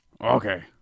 Okay